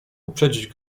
uprzedzić